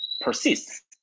persists